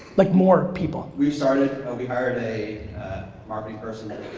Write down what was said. like more people. we've started, we hired a marketing person,